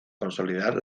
consolidar